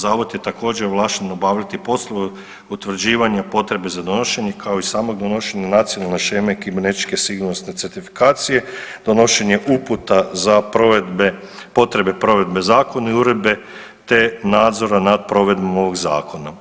Zavod je također ovlašten obavljati poslove utvrđivanja potrebe za donošenje, kao i samo donošenje nacionalne sheme kibernetičke sigurnosne certifikacije, donošenje uputa za provedbe, potrebe provedbe zakona i uredbe, te nadzora nad provedbom ovog zakona.